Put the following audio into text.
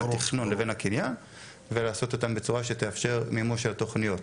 התכנון לבין הבניה ולעשות אותן בצורה שתאפשר מימוש של תכניות.